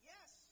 Yes